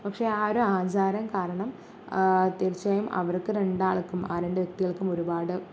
പക്ഷെ ആ ഒരു ആചാരം കാരണം തീർച്ഛയായും അവർക്ക് രണ്ടാൾക്കും ആ രണ്ട് വ്യക്തികൾക്കും ഒരുപാട്